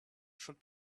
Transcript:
should